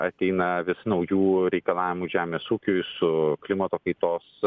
ateina vis naujų reikalavimų žemės ūkiui su klimato kaitos